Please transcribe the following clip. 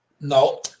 No